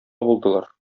булдылар